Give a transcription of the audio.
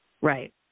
Right